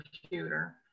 computer